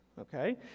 okay